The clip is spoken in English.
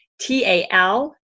T-A-L